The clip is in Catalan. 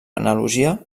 analogia